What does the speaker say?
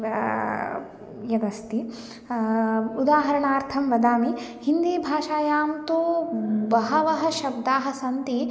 यदस्ति उदाहरणार्थं वदामि हिन्दी भाषायां तु बहवः शब्दाः सन्ति